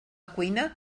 cuina